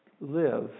live